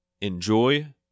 Enjoy